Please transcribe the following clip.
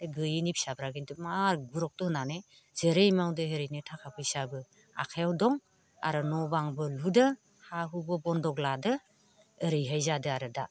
बे गैयैनि फिसाफ्रा खिन्थु मार गुरुट्थ' होनानै जेरै मावदोंं हेरैनो थाखा फैसायाबो आखाइयाव दं आरो न' बांबो लुदों हा हुबो बन्दक लादों ओरैहाय जादों आरो दा